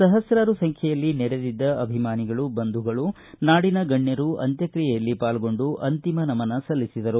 ಸಹಸ್ತಾರು ಸಂಖ್ಯೆಯಲ್ಲಿ ನೆರೆದಿದ್ದ ಅಭಿಮಾನಿಗಳು ಬಂಧುಗಳು ನಾಡಿನ ಗಣ್ಣರು ಅಂತ್ಯಕ್ತಿಯೆಯಲ್ಲಿ ಪಾಲ್ಗೊಂಡು ಅಂತಿಮ ನಮನ ಸಲ್ಲಿಸಿದರು